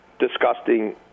Disgusting